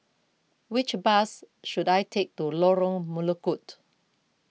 which bus should I take to Lorong Melukut